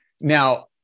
now